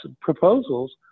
proposals